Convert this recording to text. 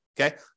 Okay